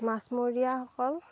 মাছমৰীয়াসকল